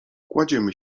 kładziemy